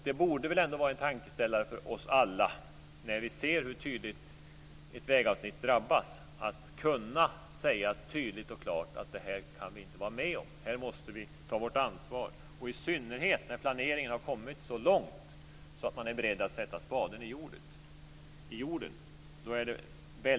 Det borde väl ändå vara en tankeställare för oss alla när vi ser hur tydligt ett vägavsnitt drabbas att kunna säga tydligt och klart att vi inte kan vara med om detta och att vi måste ta vårt ansvar, i synnerhet när planeringen har kommit så långt så att man är beredd att sätta spaden i jorden.